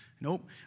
Nope